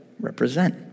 represent